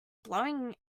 blowing